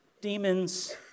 demons